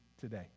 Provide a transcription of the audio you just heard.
today